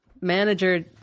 manager